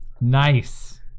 Nice